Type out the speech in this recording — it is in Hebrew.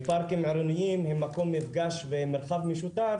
פארקים עירוניים הם מקום מפגש ומרחב משותף,